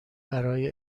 برای